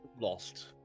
lost